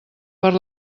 per